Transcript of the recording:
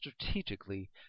strategically